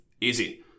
easy